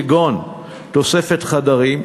כגון תוספת חדרים,